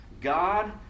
God